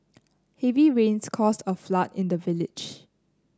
heavy rains caused a flood in the village